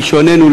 בלשוננו,